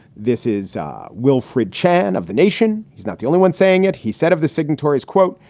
this is wilfred chan of the nation. he's not the only one saying it. he said of the signatories, quote,